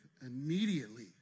immediately